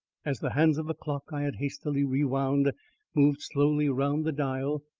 as the hands of the clock i had hastily rewound moved slowly round the dial,